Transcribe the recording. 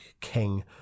king